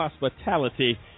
hospitality